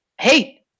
hey